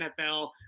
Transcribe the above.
NFL